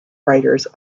writers